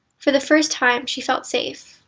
for the first time, she felt safe,